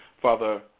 Father